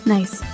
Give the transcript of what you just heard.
Nice